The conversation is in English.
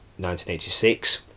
1986